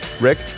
Rick